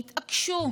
התעקשו